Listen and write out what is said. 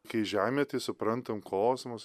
kai žemė tai suprantam kosmos